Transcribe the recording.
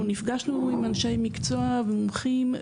אנחנו נפגשנו עם אנשי מקצוע ומומחים,